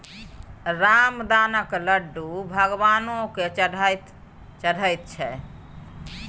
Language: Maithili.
रामदानाक लड्डू भगवानो केँ चढ़ैत छै